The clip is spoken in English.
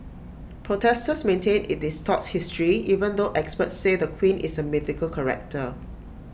protesters maintain IT distorts history even though experts say the queen is A mythical character